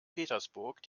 petersburg